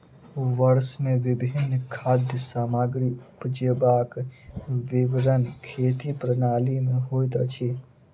वर्ष मे विभिन्न खाद्य सामग्री उपजेबाक विवरण खेती प्रणाली में होइत अछि